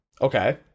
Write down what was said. Okay